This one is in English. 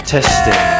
Testing